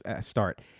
start